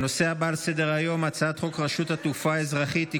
אני קובע כי הצעת חוק עובדים זרים